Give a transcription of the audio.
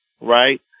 right